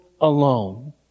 alone